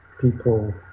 people